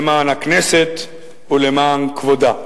למען הכנסת ולמען כבודה.